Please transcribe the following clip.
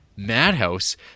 madhouse